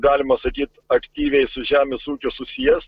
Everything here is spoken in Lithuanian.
galima sakyt aktyviai su žemės ūkiu susijęs